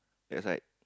that side